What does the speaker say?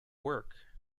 work